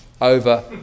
over